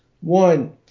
One